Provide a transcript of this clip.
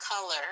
color